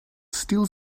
still